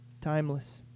Timeless